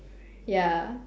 ya